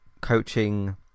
coaching